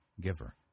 giver